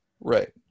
Right